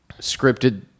scripted